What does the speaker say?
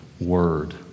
word